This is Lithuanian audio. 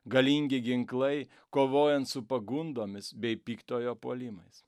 galingi ginklai kovojant su pagundomis bei piktojo puolimais